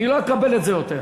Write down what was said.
אני לא אקבל את זה יותר.